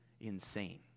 insane